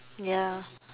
ya